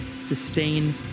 sustain